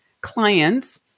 clients